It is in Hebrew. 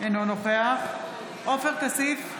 אינו נוכח עופר כסיף,